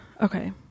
Okay